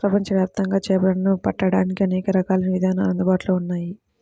ప్రపంచవ్యాప్తంగా చేపలను పట్టడానికి అనేక రకాలైన విధానాలు అందుబాటులో ఉన్నాయి